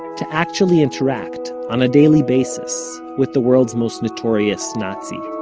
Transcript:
to actually interact on a daily basis with the world's most notorious nazi